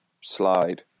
slide